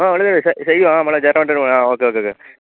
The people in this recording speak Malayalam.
ആ ഷെഹീം ആ നമ്മളെ ജയറാമേട്ടൻ്റെ മോൻ ആ ഓക്കെ ഓക്കെ ഓക്കെ